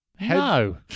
No